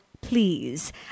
please